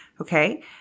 Okay